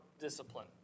discipline